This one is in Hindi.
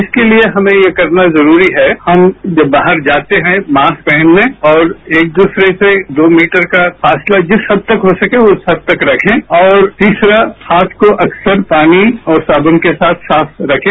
इसके लिए हमें ये करना जरूरी है हम जब बाहर जाते है मार्क पहन लें और एक दूसरे से दो मीटर का फासला जिस हद तक हो सके उस हद तक रखें और तीसरा हाथ को अक्सर पानी और साबुन के साथ साफ रखें